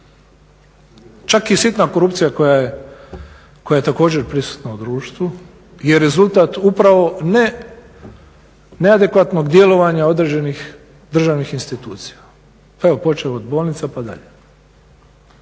Čak i sitna korupcija koja je također prisutna u društvu je rezultat upravo neadekvatnog djelovanja određenih državnih institucija, evo počev od bolnica pa dalje.